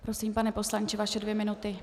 Prosím, pane poslanče, vaše dvě minuty.